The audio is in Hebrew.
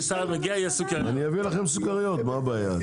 אני אביא לכם סוכריות, מה הבעיה?